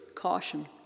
caution